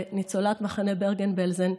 ניצולת מחנה ברגן-בלזן,